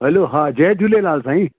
hello हा जय झूलेलाल साईं